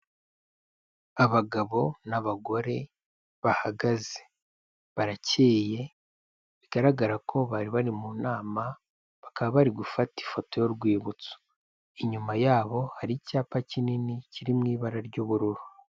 Abagabo n'abagore bahagaze, barakeye, bigaragara ko bari bari mu nama, bakaba bari gufata ifoto y'urwibutso, inyuma yabo hari icyapa kinini kiri mu ibara ry'ubururu.